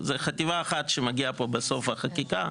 זה חטיבה אחת שמגיעה בו בסוף החקיקה.